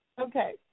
Okay